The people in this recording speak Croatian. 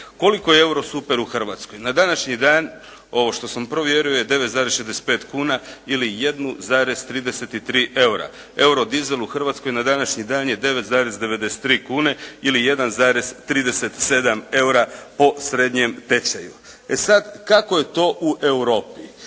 Koliko je eurosuper u Hrvatskoj? Na današnji dan ovo što sam provjerio je 9,65 kuna ili 1,33 eura. Eurodizel u Hrvatskoj na današnji dan je 9,93 kune ili 1,37 eura po srednjem tečaju. E sada kako je to u Europi?